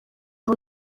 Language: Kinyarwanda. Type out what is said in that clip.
aho